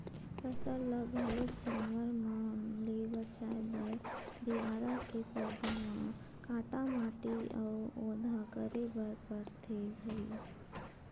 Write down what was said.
फसल ल घलोक जानवर मन ले बचाए बर बियारा के परदा म काटा माटी अउ ओधा करे बर परथे भइर